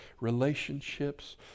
relationships